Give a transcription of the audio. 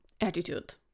attitude